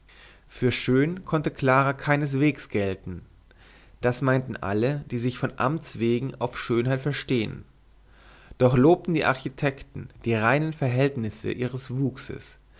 für schön konnte clara keinesweges gelten das meinten alle die sich von amtswegen auf schönheit verstehen doch lobten die architekten die reinen verhältnisse ihres wuchses